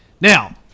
Now